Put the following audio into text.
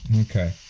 Okay